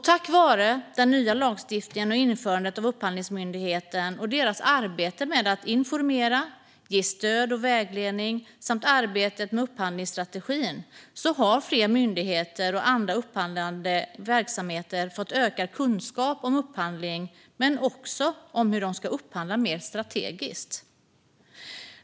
Tack vare den nya lagstiftningen, införandet av Upphandlingsmyndigheten och deras arbete med att informera och ge stöd och vägledning samt arbetet med upphandlingsstrategin har fler myndigheter och andra upphandlande verksamheter fått ökad kunskap både om upphandling och om hur de ska upphandla mer strategiskt.